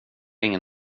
ingen